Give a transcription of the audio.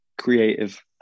creative